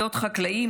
להיות חקלאים,